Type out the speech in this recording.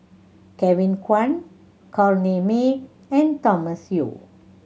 Kevin Kwan Corrinne May and Thomas Yeo